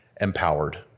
empowered